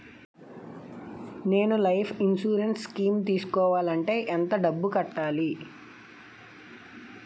నేను life insurance scheme తీసుకోవాలంటే ఎంత డబ్బు కట్టాలి?